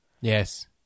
yes